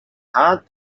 heart